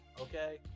okay